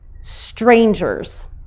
strangers